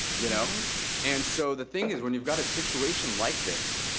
you know and so the thing is, when you've got a situation like this,